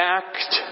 act